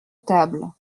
table